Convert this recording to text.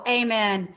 amen